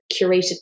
curated